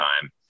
time